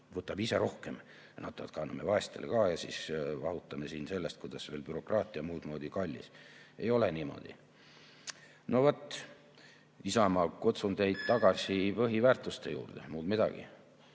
võtame ise rohkem ja natuke anname vaestele ka ja siis vahutame siin sellest, kuidas bürokraatia on muud moodi kallis. Ei ole niimoodi. No vot. Isamaa, kutsun teid tagasi põhiväärtuste juurde, muud midagi.